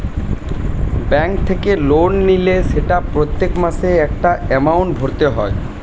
bank থেকে loan নিলে সেটা প্রত্যেক মাসে একটা এমাউন্ট ভরতে হয়